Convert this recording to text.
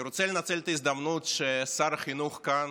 אני רוצה לנצל את ההזדמנות ששר החינוך כאן